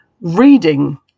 reading